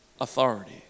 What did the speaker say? authority